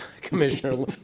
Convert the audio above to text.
Commissioner